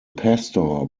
pastor